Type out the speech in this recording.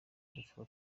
gupfa